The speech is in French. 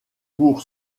pour